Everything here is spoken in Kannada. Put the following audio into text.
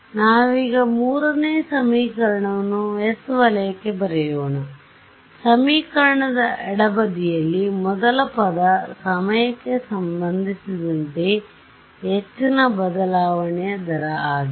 ನಾವಿಗ 3ನೇ ಸಮೀಕರಣವನ್ನು s ವಲಯಕ್ಕೆ ಬರೆಯೋಣ ಸಮೀಕರಣದ ಎಡಬದಿಯಲ್ಲಿ ಮೊದಲ ಪದ ಸಮಯಕ್ಕೆ ಸಂಬಂಧಿಸಿದಂತೆ H ನ ಬದಲಾವಣೆಯ ದರ ಆಗಿದೆ